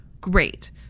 Great